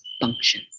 function